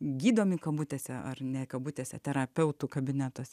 gydomi kabutėse ar ne kabutėse terapeutų kabinetuose